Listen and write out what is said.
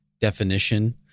definition